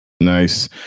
Nice